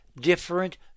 different